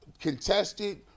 contested